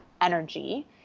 energy